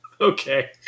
Okay